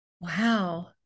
Wow